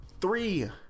three